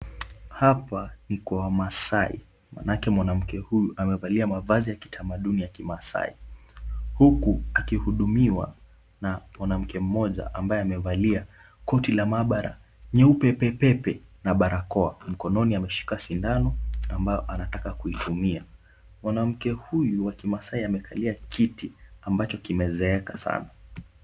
Hapa ni kwa wamaasai maanake mwanamke huyu amevalia mavazi ya kitamaduni ya kimaasai. Huku akihudumiwa na mwanamke mmoja ambaye amevalia koti la maabara nyeupe pepepe na barakoa. Mkononi ameshika sindano ambayo anataka kuitumia. Mwanamke huyu wa kimaasai amekalia kiti ambacho kimezeeka sana.